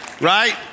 right